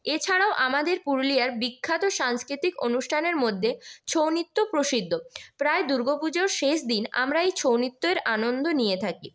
এছাড়াও আমাদের পুরুলিয়ার বিখ্যাত সাংস্কৃতিক অনুষ্ঠানের মধ্যে ছৌ নৃত্য প্রসিদ্ধ প্রায় দুর্গাপুজোর শেষ দিন আমরা এই ছৌ নৃত্যের আনন্দ নিয়ে থাকি